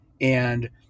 And-